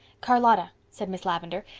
charlotta, said miss lavendar,